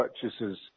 purchases